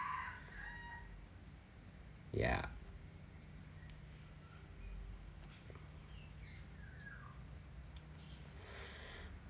ya